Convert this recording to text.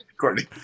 Courtney